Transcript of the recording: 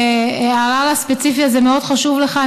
הערר הספציפי הזה מאוד חשוב לך,